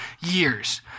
years